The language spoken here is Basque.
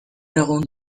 egun